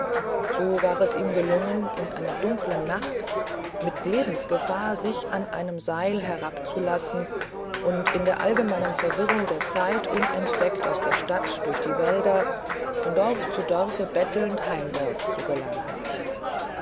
so war es ihm gelungen in einer dunklen nacht mit lebensgefahr sich an einem seil herabzulassen und in der allgemeinen verwirrung der zeit unentdeckt aus der stadt durch die wälder von dorf zu dorfe bettelnd heimwärts zu gelangen